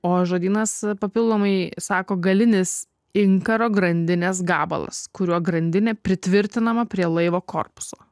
o žodynas papildomai sako galinis inkaro grandinės gabalas kuriuo grandinė pritvirtinama prie laivo korpuso